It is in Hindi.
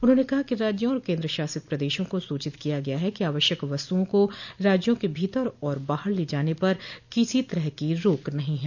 उन्होंने कहा कि राज्यों और केंद्र शासित प्रदेशों को सूचित किया गया है कि आवश्यक वस्तुओं को राज्यों के भीतर और बाहर लाने ले जाने पर किसी तरह की रोक नहीं है